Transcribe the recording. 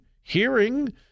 hearing